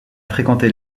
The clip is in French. fréquenter